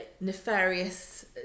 nefarious